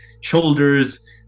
shoulders